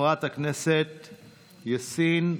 חברת הכנסת יאסין,